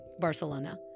Barcelona